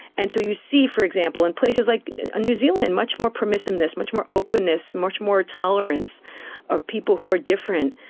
and so you see, for example, in places like new zealand, much more permissiveness, much more openness, much more tolerance of people who are different.